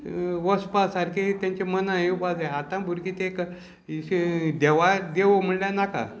वचपा सारकी तेंचे मनां येवपा जाय आतां भुरगीं ते देवा देव म्हणल्यार नाका